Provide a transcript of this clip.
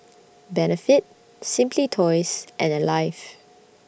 Benefit Simply Toys and Alive